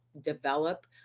develop